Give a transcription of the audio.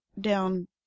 down